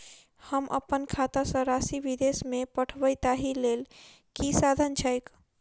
हम अप्पन खाता सँ राशि विदेश मे पठवै ताहि लेल की साधन छैक?